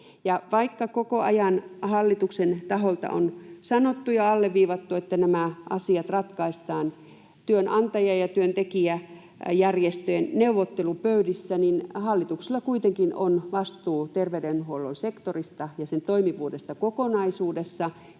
vaikka koko ajan hallituksen taholta on sanottu ja alleviivattu, että nämä asiat ratkaistaan työnantaja- ja työntekijäjärjestöjen neuvottelupöydissä, niin hallituksella kuitenkin on vastuu terveydenhuollon sektorista ja sen toimivuudesta kokonaisuudessaan